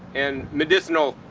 and medicinal,